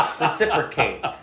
reciprocate